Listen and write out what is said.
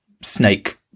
snake